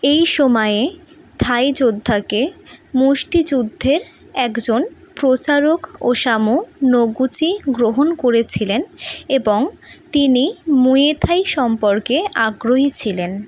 এই সময়ে থাই যোদ্ধাকে মুষ্টিযুদ্ধের একজন প্রচারক ওসামু নোগুচি গ্রহণ করেছিলেন এবং তিনি মুয়ে থাই সম্পর্কে আগ্রহী ছিলেন